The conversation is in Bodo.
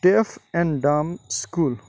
def and dumb school